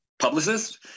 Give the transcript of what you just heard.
Publicist